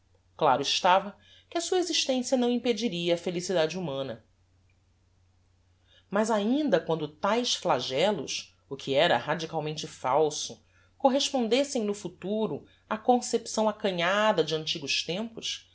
claro estava que a sua existencia não impediria a felicidade humana mas ainda quando taes flagellos o que era radicalmente falso correspondessem no futuro á concepção acanhada de antigos tempos